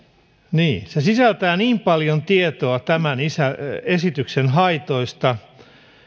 se sisältää niin paljon tietoa esityksen haitoista